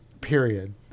Period